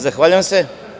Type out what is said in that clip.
Zahvaljujem se.